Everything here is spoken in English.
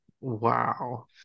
Wow